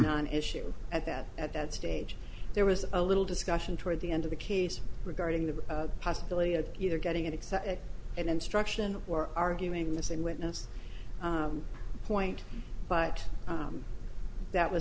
an issue at that at that stage there was a little discussion toward the end of the case regarding the possibility of either getting access and instruction or arguing this in witness point but that was